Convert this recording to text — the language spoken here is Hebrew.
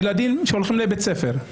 ילדים שהולכים לבית ספר,